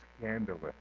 scandalous